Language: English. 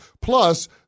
Plus